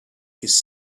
his